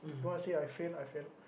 you want to say I fail I fail